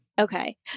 Okay